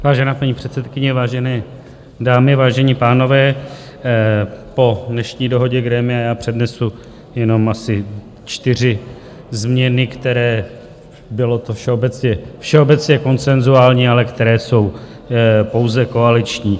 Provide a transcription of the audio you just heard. Vážená paní předsedkyně, vážené dámy, vážení pánové, po dnešní dohodě grémia přednesu jenom asi čtyři změny, které bylo to všeobecně konsenzuální ale které jsou pouze koaliční.